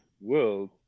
world